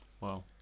Wow